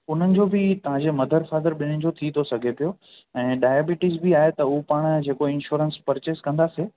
उन्हनि जो बि तव्हां जे मदर फादर ॿिन्हिनि जो थी थो सॻे पियो ऐं डायबिटीज बि आहे त उहो पाण जेको इंश्योरेंस परचेस कंदासीं